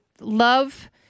love